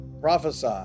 Prophesy